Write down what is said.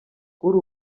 kuri